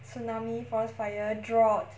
tsunami forest fire drought